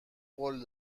قول